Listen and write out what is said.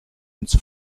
ins